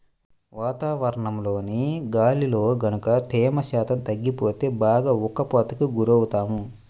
వాతావరణంలోని గాలిలో గనక తేమ శాతం తగ్గిపోతే బాగా ఉక్కపోతకి గురవుతాము